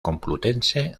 complutense